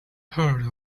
heard